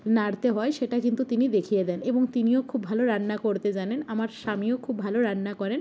নাড়তে হয় সেটা কিন্তু তিনি দেখিয়ে দেন এবং তিনিও খুব ভালো রান্না করতে জানেন আমার স্বামীও খুব ভালো রান্না করেন